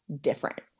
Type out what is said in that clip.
different